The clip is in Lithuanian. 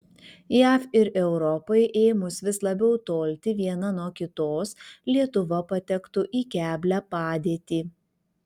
jav ir europai ėmus vis labiau tolti viena nuo kitos lietuva patektų į keblią padėtį